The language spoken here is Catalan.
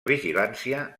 vigilància